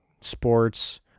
sports